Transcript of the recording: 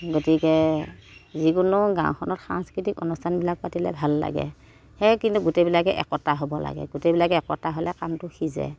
গতিকে যিকোনো গাঁওখনত সাংস্কৃতিক অনুষ্ঠানবিলাক পাতিলে ভাল লাগে সেয়ে কিন্তু গোটেইবিলাকে একতা হ'ব লাগে গোটেইবিলাকে একতা হ'লে কামটো সিজে